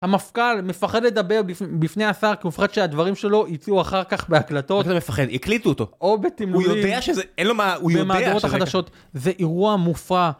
המפכ"ל מפחד לדבר בפני השר כי הוא מפחד שהדברים שלו יצאו אח"כ בהקלטות. מה זה מפחד? הקליטו אותו ...או בתימלולים הוא יודע שזה.. אין לו מה.. הוא יודע ש... ...במהדורות החדשות, זה אירוע מופרע